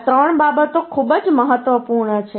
આ ત્રણ બાબતો ખૂબ જ મહત્વપૂર્ણ છે